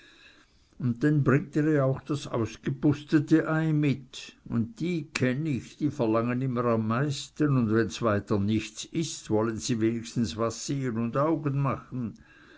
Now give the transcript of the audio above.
und denn bringt er ja auch das ausgepustete ei mit und die kenn ich die verlangen immer am meisten und wenn's weiter nichts is wollen sie wenigstens was sehn un augen machen